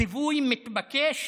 ציווי מתבקש